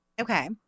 Okay